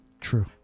True